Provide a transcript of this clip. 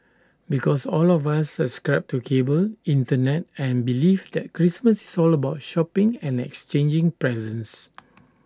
because all of us subscribe to cable Internet and belief that Christmas is all about shopping and exchanging presents